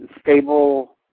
stable